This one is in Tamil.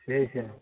சரி சார்